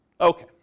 Okay